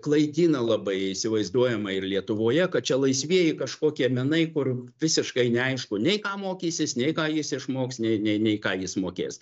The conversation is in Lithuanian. klaidina labai įsivaizduojama ir lietuvoje kad čia laisvieji kažkokie menai kur visiškai neaišku nei ką mokysis nei ką jis išmoks nei nei nei ką jis mokės